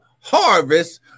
harvest